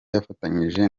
yafatanyije